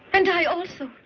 and i, also.